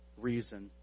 reason